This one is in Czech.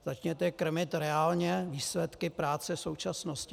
Začněte je krmit reálně výsledky práce současnosti.